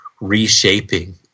reshaping